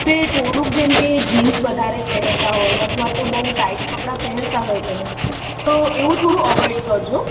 તે થોડુંક જેમ કે જીન્સ વધારે પહેરતાં હોય અથવા તો બહુ ટાઇટ કપડાં પહેરતાં હોય તમે તો એવું થોડું અવોઇડ કરજો